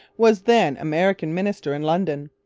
was then american minister in london.